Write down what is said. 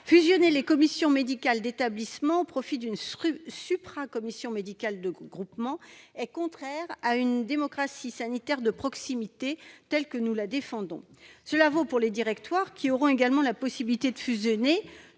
fusionner les commissions médicales d'établissement au sein d'une supra-commission médicale de groupement est contraire à une démocratie sanitaire de proximité telle que nous la défendons. Cela vaut aussi pour les directoires, qui auront également la possibilité de fusionner,